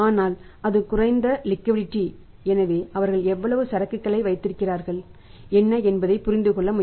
ஆனால் அது குறைந்த லிக்விடிடி